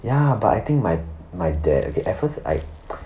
ya but I think my my dad okay at first I